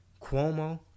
Cuomo